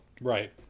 Right